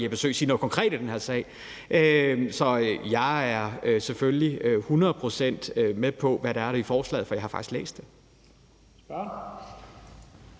Jeppe Søe sige noget konkret i den her sag. Jeg er selvfølgelig hundrede procent med på, hvad der står i forslaget, for jeg har faktisk læst det.